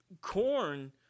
corn